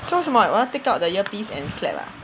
so 什么我要 take out the earpiece and clap ah